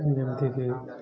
ଯେମ୍ତିକି